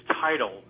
title